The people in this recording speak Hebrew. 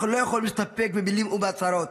אנחנו לא יכולים להסתפק במילים ובהצהרות.